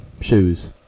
shoes